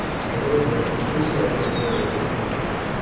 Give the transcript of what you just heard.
so, there was a resource right there that they couldn't use,